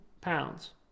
pounds